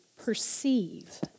perceive